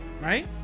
right